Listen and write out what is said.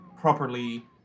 properly